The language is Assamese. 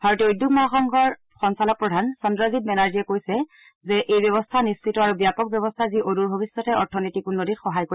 ভাৰতীয় উদ্যোগ মহাসংঘৰ সঞালক প্ৰধান চন্দ্ৰজিৎ বেনাৰ্জীয়ে কৈছে যে এই ব্যৱস্থা নিশ্চিত আৰু ব্যাপক ব্যৱস্থা যি অদূৰ ভৱিষ্যতে অৰ্থনৈতিক উন্নতিত সহায় কৰিব